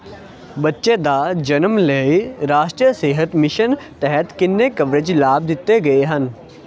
ਬੱਚੇ ਦਾ ਜਨਮ ਲਈ ਰਾਸ਼ਟਰੀ ਸਿਹਤ ਮਿਸ਼ਨ ਤਹਿਤ ਕਿੰਨੇ ਕਵਰੇਜ ਲਾਭ ਦਿੱਤੇ ਗਏ ਹਨ